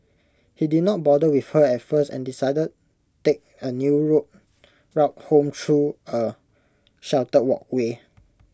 he did not bother with her at first and decided take A new route rock home through A sheltered walkway